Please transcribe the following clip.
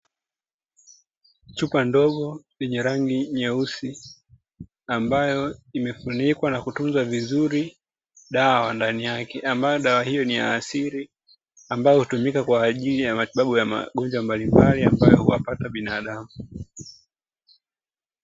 Chupa ndogo yenye rangi nyeusi, ambayo imefunikwa na kutunzwa vizuri dawa ndani yake, ambayo dawa hiyo ni ya asili, ambayo hutumika kwa ajili ya matibabu ya magonjwa mbalimbali ambayo huwapata binadamu.